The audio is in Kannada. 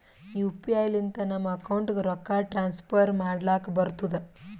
ಯು ಪಿ ಐ ಲಿಂತ ನಮ್ ಅಕೌಂಟ್ಗ ರೊಕ್ಕಾ ಟ್ರಾನ್ಸ್ಫರ್ ಮಾಡ್ಲಕ್ ಬರ್ತುದ್